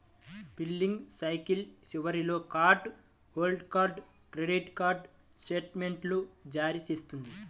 billing cycle చివరిలో card హోల్డర్కు credit card స్టేట్మెంట్ను జారీ చేస్తుంది